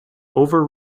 over